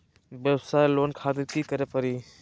वयवसाय लोन खातिर की करे परी?